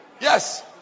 Yes